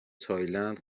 تایلند